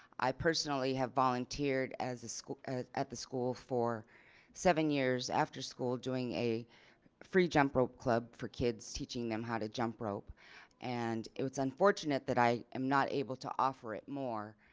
i personally have volunteered as a school at the school for seven years after school doing a free jump rope club for kids teaching them how to jump rope and it's unfortunate that i am not able to offer it more.